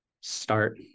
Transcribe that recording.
start